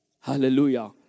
Hallelujah